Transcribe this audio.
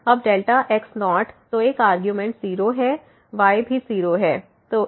अब x0 तो एक आर्गुमेंट 0 है y भी 0 है